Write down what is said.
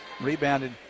Rebounded